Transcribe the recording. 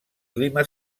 clima